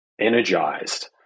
energized